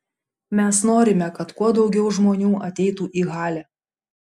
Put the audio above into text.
mes norime kad kuo daugiau žmonių ateitų į halę